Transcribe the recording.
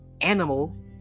animal